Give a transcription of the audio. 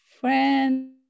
friend